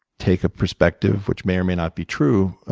take a perspective, which may or may not be true,